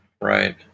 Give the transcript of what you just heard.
Right